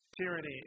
tyranny